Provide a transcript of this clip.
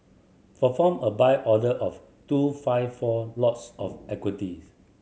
perform a Buy order of two five four lots of equities